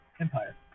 Empire